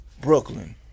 Brooklyn